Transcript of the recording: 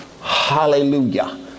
hallelujah